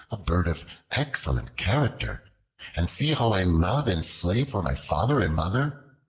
a bird of excellent character and see how i love and slave for my father and mother.